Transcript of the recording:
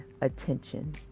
attention